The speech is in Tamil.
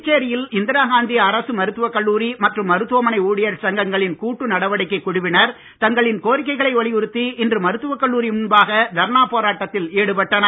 புதுச்சேரியில் இந்திராகாந்தி அரசு மருத்துவக்கல்லூரி மற்றும் மருத்துவமனை ஊழியர் சங்கங்களின் கூட்டு நடவடிக்கை குழுவினர் தங்களின் கோரிக்கைகளை வலியுறுத்தி இன்று மருத்துவ கல்லூரி முன்பாக தர்ணா போராட்டத்தில் ஈடுபட்டனர்